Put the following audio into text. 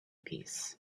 peace